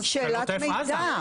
עוטף עזה.